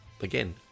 again